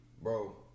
bro